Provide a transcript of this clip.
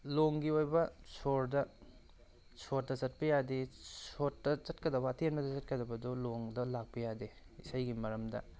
ꯂꯣꯡꯒꯤ ꯑꯣꯏꯕ ꯁꯣꯔꯗ ꯁꯣꯔꯠꯇ ꯆꯠꯄ ꯌꯥꯗꯦ ꯁꯣꯔꯠꯇ ꯆꯠꯀꯗꯕ ꯑꯇꯦꯟꯕꯗ ꯆꯠꯀꯗꯕ ꯑꯗꯣ ꯂꯣꯡꯗ ꯂꯥꯛꯄ ꯌꯥꯗꯦ ꯏꯁꯩꯒꯤ ꯃꯔꯝꯗ